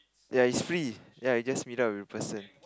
ya it's free ya you just meet up with the person